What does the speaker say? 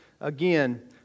again